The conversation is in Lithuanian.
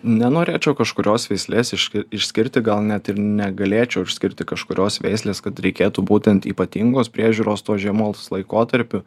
nenorėčiau kažkurios veislės iš išskirti gal net ir negalėčiau išskirti kažkurios veislės kad reikėtų būtent ypatingos priežiūros tos žiemos laikotarpiu